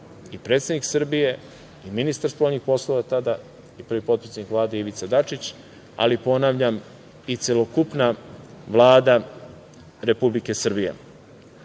i predsednik Srbije i ministar spoljnih poslova tada i prvi potpredsednik Vlade Ivica Dačić, ali ponavljam i celokupna Vlada Republike Srbije. Verujem